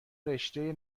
رشتهء